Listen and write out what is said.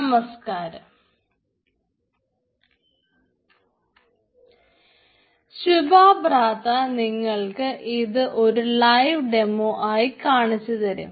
നമസ്കാരം ശുഭബ്രത നിങ്ങൾക്ക് ഇത് ഒരു ലൈവ് ഡെമോ ആയി കാണിച്ചു തരും